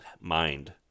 mind